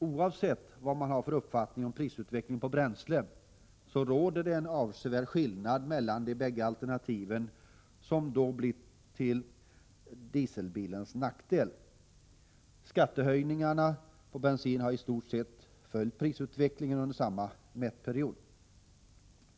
Oavsett vad man har för uppfattning om prisutvecklingen på bränsle råder mellan de båda alternativen en avsevärd skillnad, som då blir till dieselbilens nackdel. Skattehöjningarna på bensin har i stort sett följt prisutvecklingen under samma mätperiod.